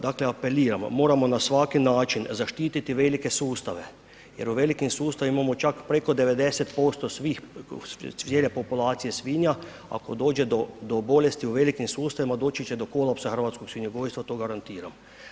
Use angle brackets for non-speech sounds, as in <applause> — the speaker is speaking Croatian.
Dakle apeliramo, moramo na svaki način zaštiti velike sustav, jer u velikim sustavima imamo čak preko 90% svih, ... <unintelligible> populacije svinja, ako dođe do bolesti u velikim sustavima, doći će do kolapsa hrvatskog svinjogojstva, to garantiram.